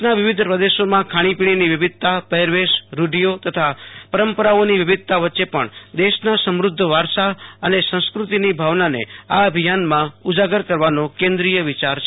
દેશના વિવિધ પ્રદેશોમાં ખાણી પીણીની વિવિધતા પહેરવેશ રૂઢિઓ તથા પરંપરાઓની વિવિધતા વચ્ચે પણ દેશના સમૃઘ્ધ વારસા અને સંસ્કૃતિની ભાવનાને આ અભિયાનમાં ઉજાગર કરવાનો કેન્દ્રીય વિચાર છે